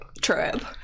trip